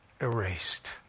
erased